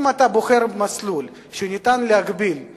אם אתה בוחר מסלול שניתן להגביל את